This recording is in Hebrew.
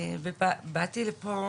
ובאתי לפה